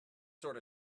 sort